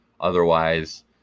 Otherwise